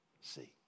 See